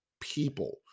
people